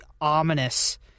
ominous